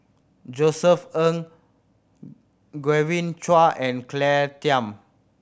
Josef Ng Genevieve Chua and Claire Tham